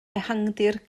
ehangdir